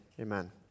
Amen